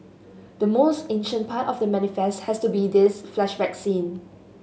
the most ancient part of The Manifest has to be this flashback scene